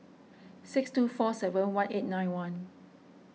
six two four seven one eight nine one